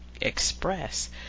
express